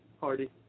Hardy